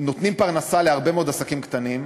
נותנים פרנסה להרבה מאוד עסקים קטנים,